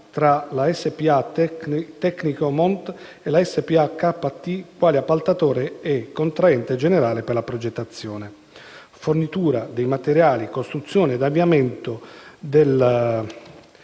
tra la SpA Tecnimont e la SpA KT quali appaltatore e contraente generale per la progettazione, fornitura dei materiali, costruzione ed avviamento